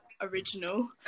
original